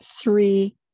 three